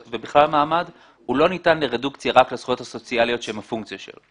-- מעמד לא ניתן לרדוקציה רק לזכויות הסוציאליות שהן הפונקציה שלו.